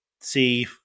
see